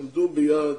עמדו ביעד